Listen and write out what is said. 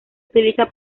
utiliza